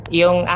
yung